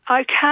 okay